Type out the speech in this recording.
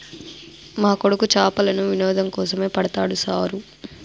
మా కొడుకు చేపలను వినోదం కోసమే పడతాడు సారూ